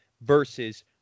versus